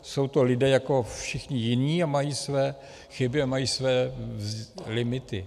Jsou to lidé jako všichni jiní a mají své chyby a mají své limity.